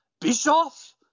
Bischoff